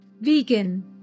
Vegan